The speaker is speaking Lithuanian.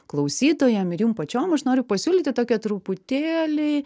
klausytojam ir jum pačiom aš noriu pasiūlyti tokią truputėlį